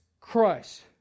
Christ